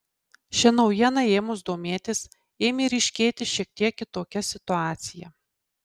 šia naujiena ėmus domėtis ėmė ryškėti šiek tiek kitokia situacija